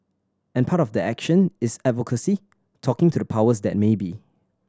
and part of that action is advocacy talking to the powers that may be